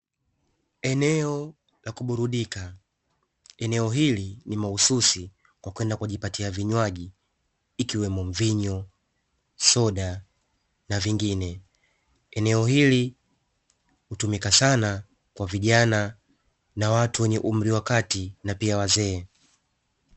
Eneo la kuburudika eneo hili ni mahususi kwa kwenda kujipatia vinywaji, ikiwemo mvinyo, soda na vingine. Eneo hili hutumika sana kwa vijana na watu wa umri wa kati na pia wazee.